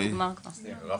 זה היה